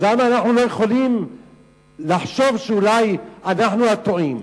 אז למה אנחנו לא יכולים לחשוב שאולי אנחנו הטועים?